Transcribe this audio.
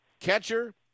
Catcher